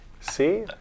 See